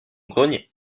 grenier